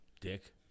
Dick